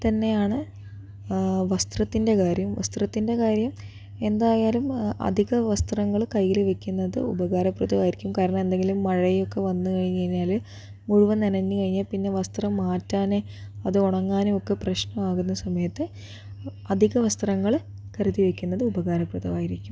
തന്നെയാണ് വസ്ത്രത്തിന്റെ കാര്യം വസ്ത്രത്തിന്റെ കാര്യം എന്തായാലും അധിക വസ്ത്രങ്ങള് കൈയില് വയ്ക്കുന്നത് ഉപകാരപ്രദമായിരിക്കും കാരണം എന്തെങ്കിലും മഴയൊക്കെ വന്ന് കഴിഞ്ഞ് കഴിഞ്ഞാല് മുഴുവൻ നനഞ്ഞു കഴിഞ്ഞാല് പിന്നെ വസ്ത്രം മാറ്റാനേ അത് ഉണങ്ങാനും ഒക്കെ പ്രശ്നമാകുന്ന സമയത്ത് അധിക വസ്ത്രങ്ങള് കരുതി വയ്ക്കുന്നത് ഉപകാരപ്രദമായിരിക്കും